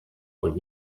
und